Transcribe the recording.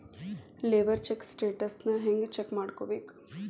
Labour check ಸ್ಟೆಟಸನ್ನ ಹೆಂಗ್ check ಮಾಡ್ಕೊಬೇಕ್?